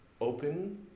open